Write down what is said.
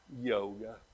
Yoga